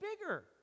bigger